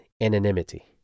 anonymity